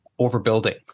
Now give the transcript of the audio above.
overbuilding